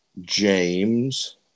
James